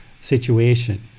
situation